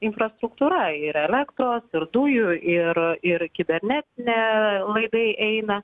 infrastruktūra ir elektros ir dujų ir ir kibernetinė laidai eina